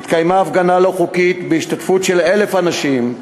התקיימה הפגנה לא חוקית בהשתתפות של 1,000 אנשים,